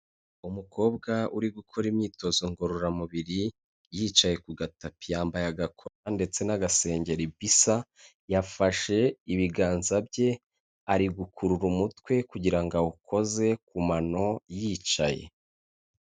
Umukobwa uri gukora imyitozo ngororamubiri yicaye ku gatapi, yambaye agakora ndetse n'agasengeri bisa, yafashe ibiganza bye ari gukurura umutwe kugira awukoze ku mano yicaye.